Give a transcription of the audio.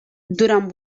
durant